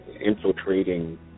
infiltrating